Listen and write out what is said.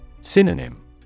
Synonym